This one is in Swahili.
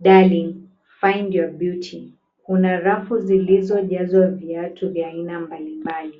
'Darling find your beauty' . Kuna rafu zilizojazwa viatu vya aina mbalimbali.